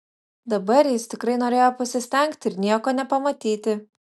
dabar jis tikrai norėjo pasistengti ir nieko nepamatyti